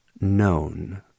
known